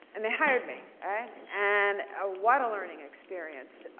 and they hired me. and and a what a learning experience.